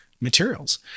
materials